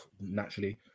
naturally